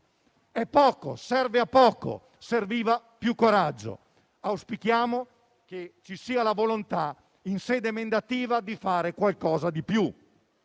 È poco e serve a poco, mentre serviva più coraggio. Auspichiamo che ci sia la volontà in sede emendativa di fare qualcosa di più.